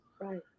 Right